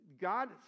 God